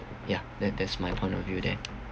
yeah that that's my point of view there